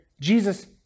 Jesus